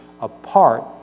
apart